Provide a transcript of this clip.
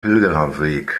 pilgerweg